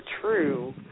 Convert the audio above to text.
true